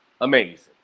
amazing